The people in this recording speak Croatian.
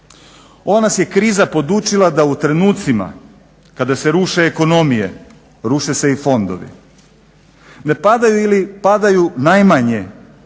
nas je kriza podučila da u trenucima kada se ruše ekonomije, ruše se fondovi. Ne padaju ili ne padaju najmanje